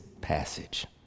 passage